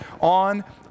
on